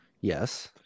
Yes